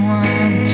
one